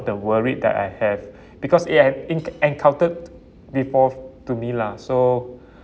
the worried that I have because uh I have encountered before to me lah so